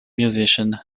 musician